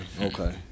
Okay